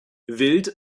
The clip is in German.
wild